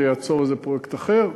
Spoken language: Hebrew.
זה יעצור איזה פרויקט אחר,